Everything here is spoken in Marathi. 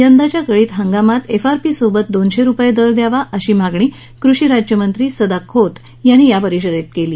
यंदाच्या गळीत हंगामात एफआरपीसोबत दोनशे रुपये दर द्यावा अशी मागणी कृषी राज्यमंत्री सदाभाऊ खोत यांनी या परिषदेत केली